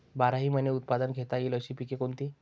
बाराही महिने उत्पादन घेता येईल अशी पिके कोणती?